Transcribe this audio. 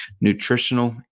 nutritional